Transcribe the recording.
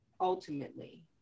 ultimately